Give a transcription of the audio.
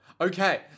Okay